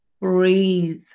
breathe